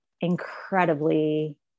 incredibly